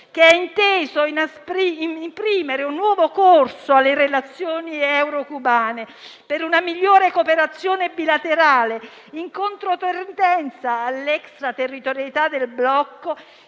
che ha inteso imprimere un nuovo corso alle relazioni euro-cubane, per una migliore cooperazione bilaterale, in controtendenza all'extraterritorialità del blocco,